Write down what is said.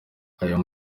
ayo